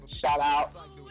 Shout-out